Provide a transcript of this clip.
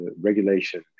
regulation